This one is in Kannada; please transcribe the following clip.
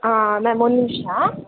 ಹಾಂ ಮ್ಯಾಮ್ ಒಂದು ನಿಮಿಷ